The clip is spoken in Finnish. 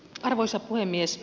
arvoisa puhemies